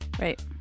right